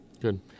Good